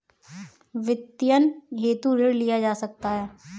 वित्तीयन हेतु ऋण लिया जा सकता है